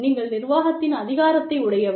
நீங்கள் நிர்வாகத்தின் அதிகாரத்தை உடையவர்